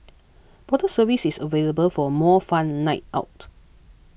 bottle service is available for a more fun night out